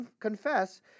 confess